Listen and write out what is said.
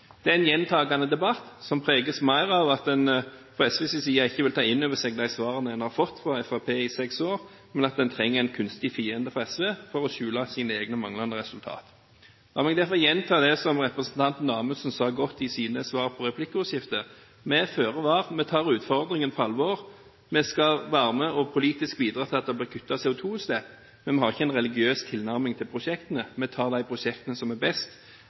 Det er en gjentakende debatt som preges mer av at man fra SVs side ikke vil ta inn over seg de svarene man har fått fra Fremskrittspartiet i seks år, men at SV trenger en kunstig fiende for å skjule sine egne manglende resultater. La meg derfor gjenta det som representanten Amundsen sa så godt i sine svar på replikkordskiftet: Vi er føre var. Vi tar utfordringen på alvor. Vi skal være med politisk og bidra til at det blir kuttet i CO2-utslipp, men vi har ikke en religiøs tilnærming til prosjektene. Vi tar de prosjektene som er best